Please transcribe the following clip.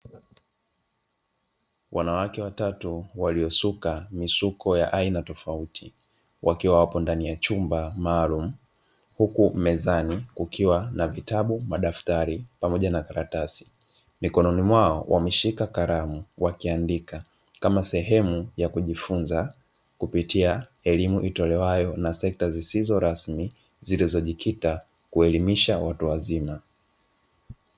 Wanawake watatu waliosuka misuko ya aina tofauti wakiwa wapo ndani ya chumba maalumu, huku mezani kukiwa na: vitabu, madaftari pamoja na karatasi; mikononi mwao wameshika kalamu wakiandika kama sehemu ya kujifunza kupitia elimu itolewayo na sekta zisizo rasmi zilizojikita kuelimisha watu wazima.